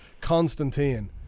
Constantine